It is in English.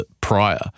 prior